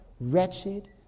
wretched